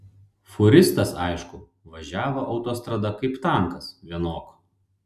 fūristas aišku važiavo autostrada kaip tankas vienok